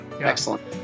Excellent